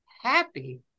happy